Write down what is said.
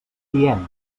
diem